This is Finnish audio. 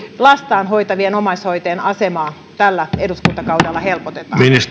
lastaan hoitavien omaishoitajien asemaa tällä eduskuntakaudella helpotetaan